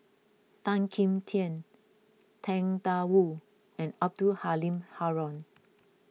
Tan Kim Tian Tang Da Wu and Abdul Halim Haron